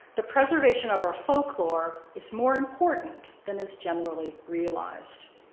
the preservation of our folklore is more important than is generally realized.